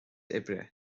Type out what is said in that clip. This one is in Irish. oibre